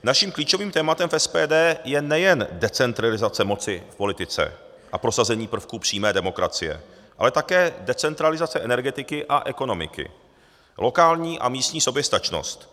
Naším klíčovým tématem v SPD je nejen decentralizace moci v politice a prosazení prvků přímé demokracie, ale také decentralizace energetiky a ekonomiky, lokální a místní soběstačnost.